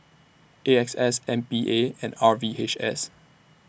A X S M P A and R V H S